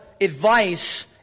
advice